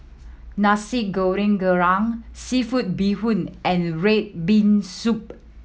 Nasi Goreng Kerang Seafood Bee Hoon and red bean soup